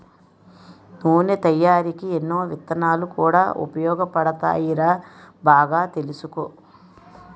నూనె తయారికీ ఎన్నో విత్తనాలు కూడా ఉపయోగపడతాయిరా బాగా తెలుసుకో